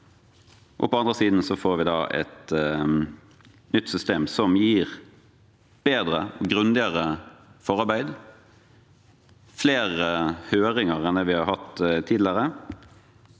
den andre siden får vi da et nytt system som gir bedre og grundigere forarbeid, flere høringer enn det vi har hatt tidligere,